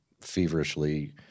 feverishly